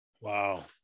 Wow